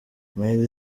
miley